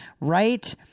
Right